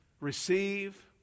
Receive